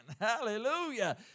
Hallelujah